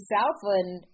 Southland